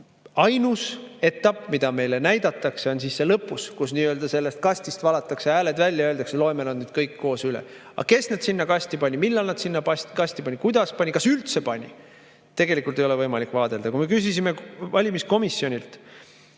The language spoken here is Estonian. Ainus etapp, mida meile näidatakse, on lõpus, kus sellest kastist valatakse hääled välja ja öeldakse, et loeme nad nüüd kõik koos üle. Aga kes need sinna kasti pani, millal ta need sinna kasti pani, kuidas pani, kas üldse pani – tegelikult ei ole võimalik vaadelda. Kui me küsisime valimiskomisjonilt,